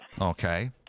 Okay